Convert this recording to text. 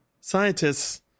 scientists